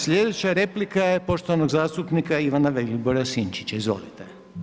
Sljedeća replika je poštovanog zastupnika Ivana Vilibora Sinčića, izvolite.